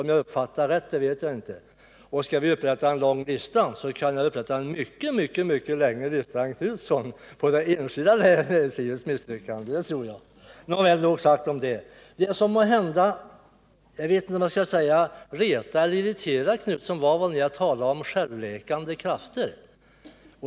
Om det gäller att upprätta listor kan jag upprätta en mycket, mycket längre än Göthe Knutsons på det enskilda näringslivets misslyckanden. Nåväl, nog sagt om detta. Det som måhända retar eller irriterar Göthe Knutson var väl att jag talade om självläkande krafter.